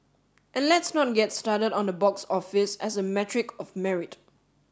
and let's not get started on the box office as a metric of merit